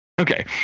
Okay